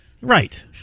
Right